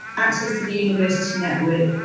access to the university network,